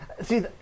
see